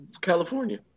California